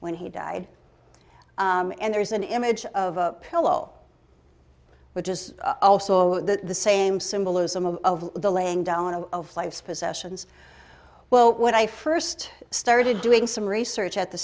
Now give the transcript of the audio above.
when he died and there is an image of a pillow which is also the same symbolism of the laying down of life's possessions well when i first started doing some research at the